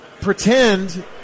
pretend